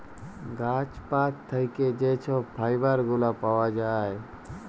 গাহাচ পাত থ্যাইকে যে ছব ফাইবার গুলা পাউয়া যায়